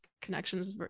connections